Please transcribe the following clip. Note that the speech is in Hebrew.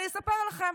אני אספר לכם: